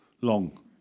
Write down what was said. long